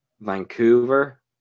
Vancouver